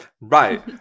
Right